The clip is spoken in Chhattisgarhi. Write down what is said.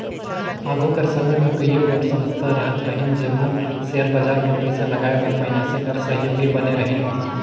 आघु कर समे में कइयो गोट संस्था रहत रहिन जेमन सेयर बजार में पइसा लगाए बर मइनसे कर सहयोगी बने रहिन